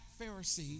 Pharisee